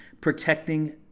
protecting